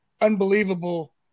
unbelievable